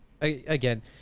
again